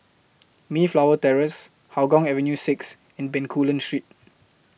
Mayflower Terrace Hougang Avenue six and Bencoolen Street